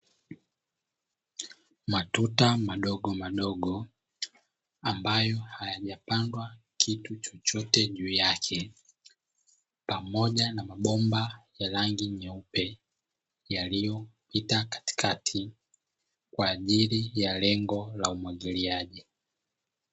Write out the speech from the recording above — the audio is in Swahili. Matuta madogomadogo ambayo hayajapandwa kitu chochote juu yake, pamoja na mabomba ya rangi nyeupe yaliyopita katikati kwaajili ya lengo la umwagiliaji.